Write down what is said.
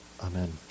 Amen